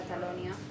Catalonia